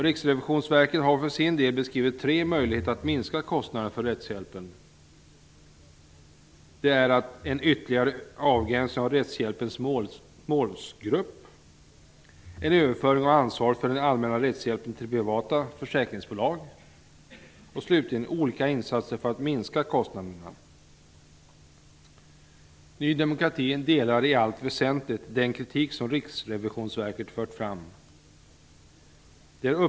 Riksrevisionsverket har för sin del beskrivit tre möjligheter att minska kostnaderna för rättshjälpen. De är en ytterligare avgränsning av rättshjälpens målgrupp, en överföring av ansvaret för den allmänna rättshjälpen till privata försäkringsbolag och slutligen olika insatser för att minska kostnaderna. Ny demokrati delar i allt väsentligt den kritik som Riksrevisionsverket fört fram.